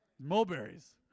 mulberries